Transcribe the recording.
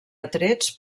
atrets